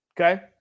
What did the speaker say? okay